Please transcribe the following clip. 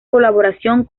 colaboración